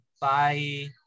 Bye